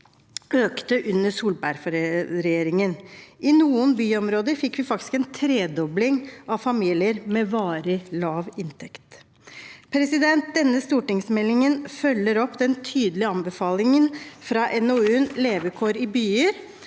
økte under Solberg-regjeringen. I noen byområder fikk vi faktisk en tredobling av familier med varig lav inntekt. Denne stortingsmeldingen følger opp den tydelige anbefalingen fra NOU-en «Levekår i byer»